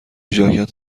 ژاکت